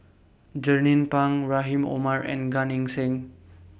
Jernnine Pang Rahim Omar and Gan Eng Seng